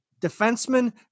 Defenseman